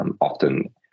often